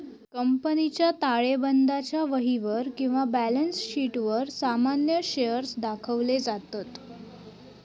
कंपनीच्या ताळेबंदाच्या वहीवर किंवा बॅलन्स शीटवर सामान्य शेअर्स दाखवले जातत